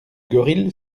gorille